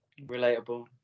Relatable